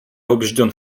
убежден